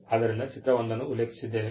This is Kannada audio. ಆದ್ದರಿಂದ ಚಿತ್ರ 1 ಅನ್ನು ಉಲ್ಲೇಖಿಸಿದ್ದೇನೆ